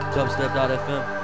Dubstep.fm